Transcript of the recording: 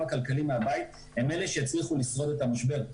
הכלכלי מהבית הם אלה שיצליחו לשרוד את המשבר.